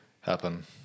happen